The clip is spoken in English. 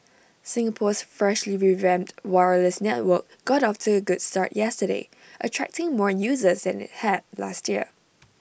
Singapore's freshly revamped wireless network got off to A good start yesterday attracting more users than IT had last year